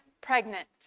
pregnant